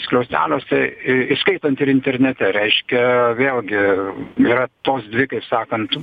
skliausteliuose įskaitant ir internete reiškia vėlgi yra tos dvi kaip sakant